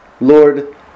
Lord